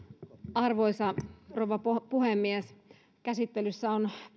arvoisa rouva puhemies käsittelyssä on